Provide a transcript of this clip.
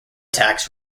tax